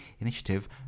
initiative